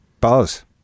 Buzz